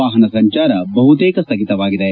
ವಾಹನ ಸಂಚಾರ ಬಹುತೇಕ ಸ್ಥಗಿತವಾಗಿದೆ